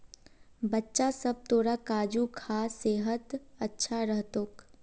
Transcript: बच्चा सब, तोरा काजू खा सेहत अच्छा रह तोक